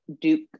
duke